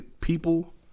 people